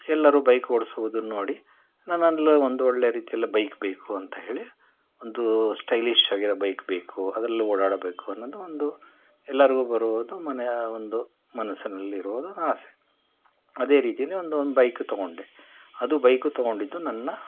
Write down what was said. ಎಲ್ಲರೂ ಬೈಕ್ ಓಡಿಸುವುದನ್ನು ನೋಡಿ ನನ್ನಲ್ಲೂ ಒಂದು ಒಳ್ಳೆಯ ರೀತಿಯಲ್ಲಿ ಬೈಕ್ ಬೇಕು ಅಂತ ಹೇಳಿ ಒಂದು ಸ್ಟೈಲಿಶ್ ಆಗಿರೋ ಬೈಕ್ ಬೇಕು ಅದರಲ್ಲೂ ಓಡಾಡಬೇಕು ಅನ್ನೋದು ಒಂದು ಎಲ್ಲರಿಗೂ ಬರೋದು ಮನ ಯ ಒಂದು ಮನಸ್ಸಿನಲ್ಲಿ ಇರೋದು ಆಸೆ ಅದೇ ರೀತೀಲಿ ಒಂದು ಒಂದು ಬೈಕ್ ತಗೊಂಡೆ ಅದು ಬೈಕು ತಗೊಂಡಿದ್ದು ನನ್ನ